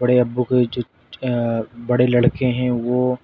بڑے ابو کے جو بڑے لڑکے ہیں وہ